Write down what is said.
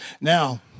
Now